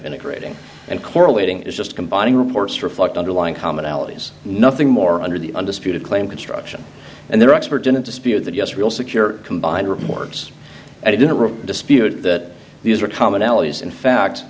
integrating and correlating is just combining reports reflect underlying commonalities nothing more under the undisputed claim construction and their expert didn't dispute that yes real secure combined reporters at it in a room disputed that these are commonalities in fact